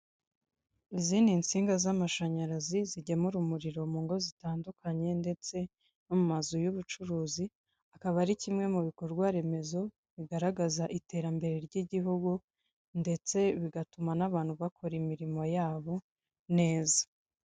Izindi nsinga z'amashanyarazi zigemura umuriro mu ngo zitandukanye ndetse no mu mazu y'ubucuruzi akaba ari kimwe mu bikorwa remezo bigaragaza iterambere ry'igihugu ndetse bigatuma n'abantu bakora imirimo yabo neza.